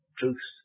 truth